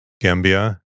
Gambia